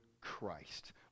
Christ